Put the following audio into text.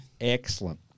Excellent